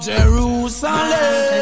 Jerusalem